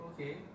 Okay